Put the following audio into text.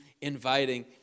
inviting